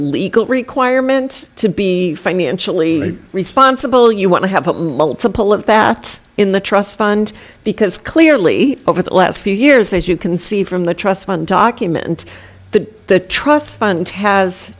legal requirement to be financially responsible you want to have multiple of that in the trust fund because clearly over the last few years as you can see from the trust fund document the trust fund has